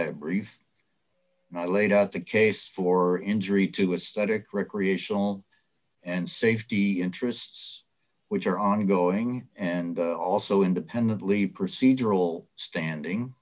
that brief i laid out the case for injury to a static recreational and safety interests which are ongoing and also independently procedural standing